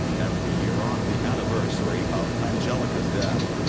every year on the anniversary of anjelica's death,